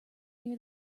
near